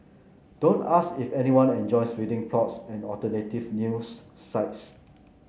don't ask if anyone enjoys reading blogs and alternative news sites